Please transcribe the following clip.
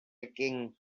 king